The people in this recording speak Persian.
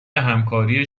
همکاری